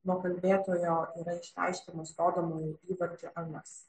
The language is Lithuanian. nuo kalbėtojo yra išreiškiamas rodomuoju įvardžiu anas